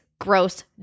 gross